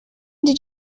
did